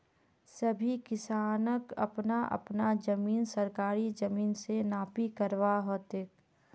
सभी किसानक अपना अपना जमीन सरकारी अमीन स नापी करवा ह तेक